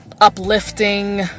uplifting